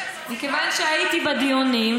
מכיוון שהייתי בדיונים,